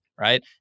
Right